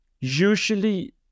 Usually